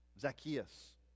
Zacchaeus